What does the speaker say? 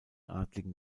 adligen